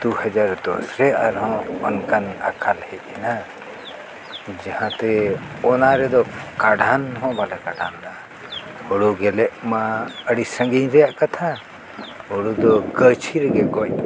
ᱫᱩ ᱦᱟᱡᱟᱨ ᱫᱚᱥᱨᱮ ᱟᱨᱦᱚᱸ ᱚᱱᱠᱟᱱ ᱟᱠᱟᱞ ᱦᱮᱡ ᱮᱱᱟ ᱡᱟᱦᱟᱸᱛᱮ ᱚᱱᱟ ᱨᱮᱫᱚ ᱠᱟᱲᱦᱟᱱ ᱦᱚᱸ ᱵᱟᱞᱮ ᱠᱟᱲᱦᱟᱱ ᱞᱮᱫᱟ ᱦᱩᱲᱩ ᱜᱮᱞᱮᱜ ᱢᱟ ᱟᱹᱰᱤ ᱥᱟᱺᱜᱤᱧ ᱨᱮᱱᱟᱜ ᱠᱟᱛᱷᱟ ᱦᱩᱲᱩ ᱫᱚ ᱜᱟᱹᱪᱷᱤ ᱨᱮᱜᱮ ᱜᱚᱡ